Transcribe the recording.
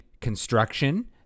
construction